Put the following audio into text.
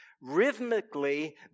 rhythmically